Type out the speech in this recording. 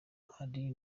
hari